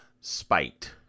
spite